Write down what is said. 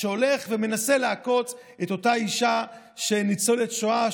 הולך ומנסה לעקוץ את אותה אישה ניצולת שואה,